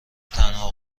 تنها